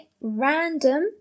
random